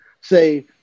Say